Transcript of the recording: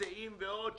הסעים ועוד,